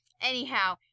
anyhow